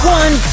one